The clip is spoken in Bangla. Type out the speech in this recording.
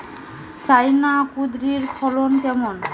চায়না কুঁদরীর ফলন কেমন?